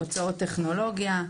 הוצאות טכנולוגיה.